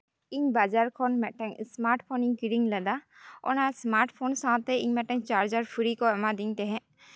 ᱤᱧ ᱵᱟᱡᱟᱨ ᱠᱷᱚᱱ ᱢᱤᱫᱴᱮᱱ ᱤᱥᱢᱟᱨᱴᱯᱷᱳᱱ ᱤᱧ ᱠᱤᱨᱤᱧ ᱞᱮᱫᱟ ᱚᱱᱟ ᱮᱥᱢᱟᱨᱴᱯᱷᱳᱱ ᱥᱟᱶᱛᱮ ᱤᱧ ᱢᱤᱫᱴᱮᱱ ᱪᱟᱨᱡᱟᱨ ᱯᱷᱨᱤ ᱠᱚ ᱮᱢᱟ ᱫᱤᱧ ᱛᱟᱦᱮᱸᱫ